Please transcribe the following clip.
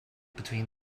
between